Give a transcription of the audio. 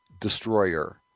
destroyer